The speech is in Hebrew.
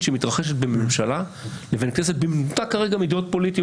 שמתרחשת בין ממשלה לבין כנסת במנותק כרגע מדעות פוליטיות